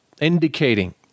indicating